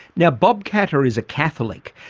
now, bob katter is a catholic,